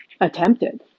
attempted